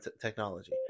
technology